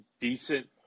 decent